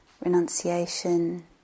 renunciation